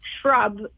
shrub